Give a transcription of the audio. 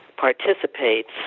participates